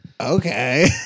Okay